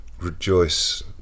rejoice